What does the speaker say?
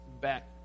back